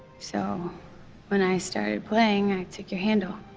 so when i started playing, i took your handle